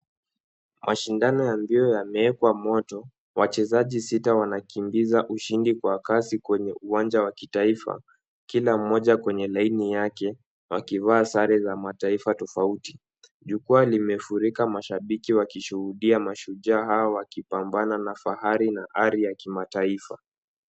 Mashindano ya mbio yamewekwa moto. Wachezaji sita wanakimbiza ushindi kwa kasi kwenye uwanja wa kitaifa kila mmoja kwenye laini yake wakivaa sare za mataifa tofauti. Jukwaa limefurika mashabiki wakishuhudia mashujaa hawa wakipambana na fahari na ari ya kimataifa.